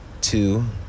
two